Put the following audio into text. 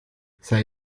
sei